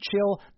chill